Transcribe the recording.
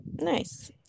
nice